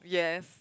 yes